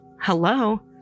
Hello